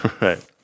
Right